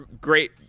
Great